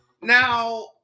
Now